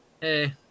Hey